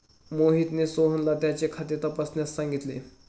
मोहितने सोहनला त्याचे खाते तपासण्यास सांगितले